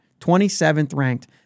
27th-ranked